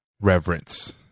reverence